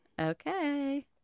okay